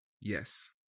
Yes